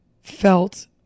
felt